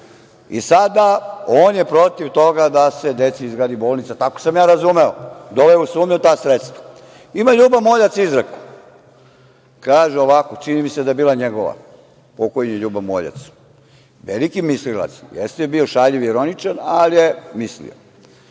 Sada, on je protiv toga da se deci izgradi bolnica, tako sam ja razumeo. Doveo je u sumnju ta sredstva. Ima Ljuba Moljac izreku, kaže ovako, čini mi se da je bila njegova, pokojni Ljuba Moljac, veliki mislilac, jeste bio šaljiv i ironičan, ali je mislio,